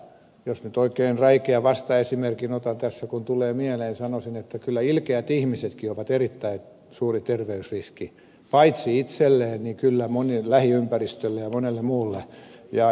jos nyt oikein räikeän vastaesimerkin otan tässä kun tulee mieleen sanoisin että kyllä ilkeät ihmisetkin ovat erittäin suuri terveysriski paitsi itselleen myös monien lähiympäristölle ja monelle muulle